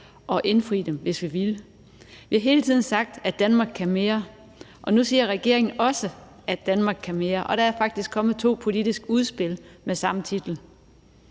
og indfri dem, hvis vi ville. Vi har hele tiden sagt, at Danmark kan mere, og nu siger regeringen også, at Danmark kan mere. Der er faktisk kommet to politiske udspil med samme titel.